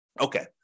Okay